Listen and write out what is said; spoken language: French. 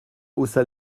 haussa